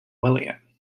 william